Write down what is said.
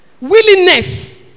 willingness